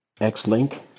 X-Link